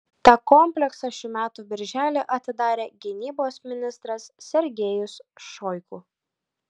tą kompleksą šių metų birželį atidarė gynybos ministras sergejus šoigu